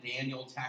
Daniel